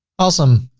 awesome.